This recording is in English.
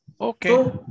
Okay